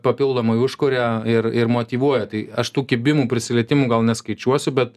papildomai užkuria ir ir motyvuoja tai aš tų kibimų prisilietimų gal neskaičiuosiu bet